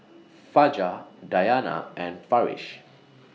Fajar Dayana and Farish